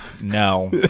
No